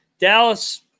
Dallas